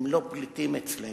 הם לא פליטים אצלנו,